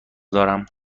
دارم